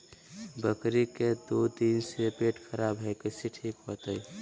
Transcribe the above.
बकरी के दू दिन से पेट खराब है, कैसे ठीक होतैय?